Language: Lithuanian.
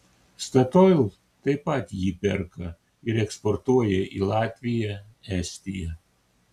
statoil taip pat jį perka ir eksportuoja į latviją estiją